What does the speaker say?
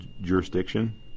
jurisdiction